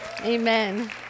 Amen